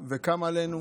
שבאים וקמים עלינו: